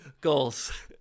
Goals